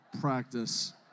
practice